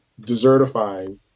desertifying